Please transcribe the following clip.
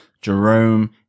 Jerome